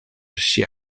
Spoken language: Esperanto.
ŝia